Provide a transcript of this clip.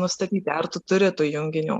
nustatyti ar tu turi tų junginių